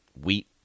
wheat